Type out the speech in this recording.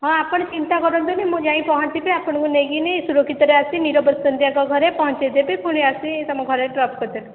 ହଁ ଆପଣ ଚିନ୍ତା କରନ୍ତୁନି ମୁଁ ଯାଇଁ ପହଞ୍ଚିବି ଆପଣଙ୍କୁ ନେଇକିନି ସୁରକ୍ଷିତରେ ଆସି ନିରବ ସନ୍ଧ୍ୟାଙ୍କ ଘରେ ପହଞ୍ଚାଇ ଦେବି ପୁଣି ଆସି ତୁମ ଘରେ ଡ୍ରପ୍ କରିଦେବି